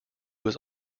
was